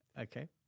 okay